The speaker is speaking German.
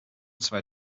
zwei